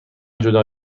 جدا